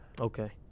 Okay